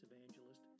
evangelist